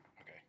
Okay